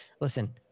Listen